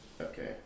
Okay